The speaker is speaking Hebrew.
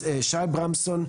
אז שי ברמסון,